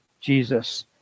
Jesus